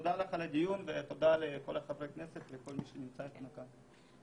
תודה לך על הדיון ותודה לכל חברי הכנסת ולכל מי שנמצא כאן איתנו.